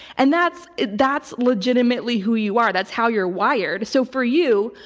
and that's that's legitimately who you are. that's how you're wired. so for you,